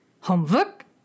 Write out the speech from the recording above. Homework